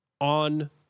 on